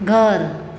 ઘર